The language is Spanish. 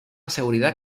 seguridad